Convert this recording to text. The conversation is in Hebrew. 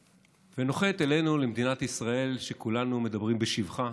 ונוחת אצלנו, במדינת ישראל, שכולנו מדברים בשבחה,